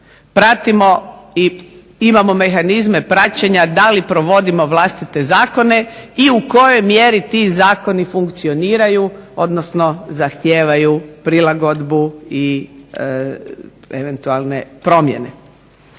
imamo mehanizme praćenja da li provodimo vlastite zakone i u kojoj mjeri ti zakoni funkcioniraju odnosno zahtijevaju prilagodbu i eventualne promjene.